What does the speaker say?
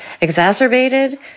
exacerbated